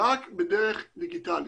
רק בדרך דיגיטלית.